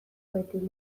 beti